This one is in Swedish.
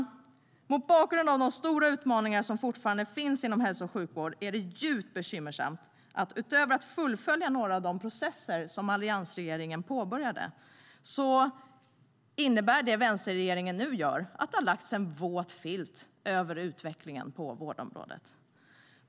Mot bakgrund av de stora utmaningar som fortfarande finns inom hälso och sjukvården är det djupt bekymmersamt att det vänsterregeringen nu gör - utöver att fullfölja några av de processer som alliansregeringen påbörjade - innebär att det har lagts en våt filt över utvecklingen på vårdområdet.